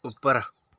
ਉੱਪਰ